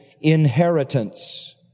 inheritance